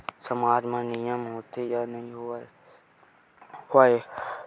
सामाज मा नियम होथे या नहीं हो वाए?